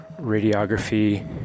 radiography